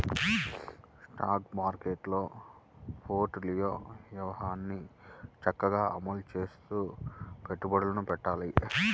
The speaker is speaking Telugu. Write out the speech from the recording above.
స్టాక్ మార్కెట్టులో పోర్ట్ఫోలియో వ్యూహాన్ని చక్కగా అమలు చేస్తూ పెట్టుబడులను పెట్టాలి